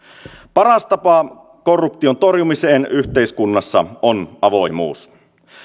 paras tapa korruption torjumiseen yhteiskunnassa on avoimuus